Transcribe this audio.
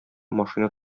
машина